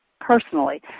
personally